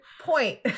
point